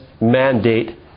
mandate